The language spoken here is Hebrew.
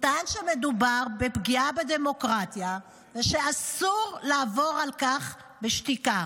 הוא טען שמדובר בפגיעה בדמוקרטיה ושאסור לעבור על כך בשתיקה.